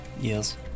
Yes